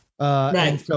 Right